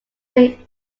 may